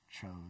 chose